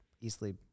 easily